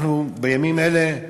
אנחנו, בימים אלה,